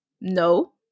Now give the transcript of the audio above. No